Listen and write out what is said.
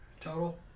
total